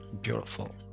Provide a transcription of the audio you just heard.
beautiful